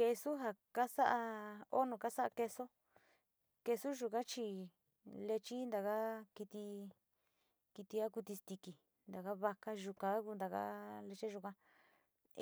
Quesu ja kasa´a o nu kasa´a quesu, quesu yuka chi lechi taka kiti xintiki, taka vaca yuka leche yuka,